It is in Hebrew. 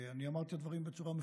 אני אמרתי את הדברים בצורה מפורשת: